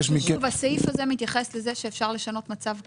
הסעיף הזה מתייחס לזה שאפשר לשנות מצב קיים?